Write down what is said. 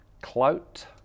clout